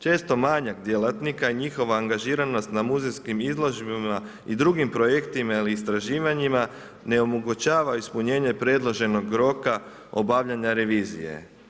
Često manjak djelatnika i njihova angažiranost na muzejskim izložbama i drugim projektima ili istraživanjima ne omogućava ispunjenje predloženog roka obavljanja revizije.